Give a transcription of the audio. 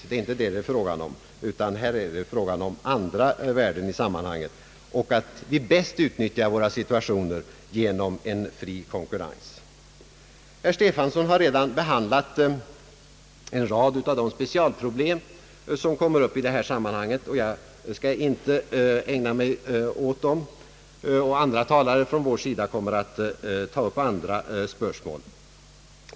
Men det är inte det som det är fråga om, utan här är det fråga om andra värden i sammanhanget och att vi bäst utnyttjar situationen genom en fri konkurrens. Herr Stefanson har redan behandlat en rad av de specialproblem som kommer upp i detta sammanhang, och jag skall inte ägna mig åt dem. Andra talare från vår sida kommer att ta upp ytterligare spörsmål.